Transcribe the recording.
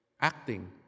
Acting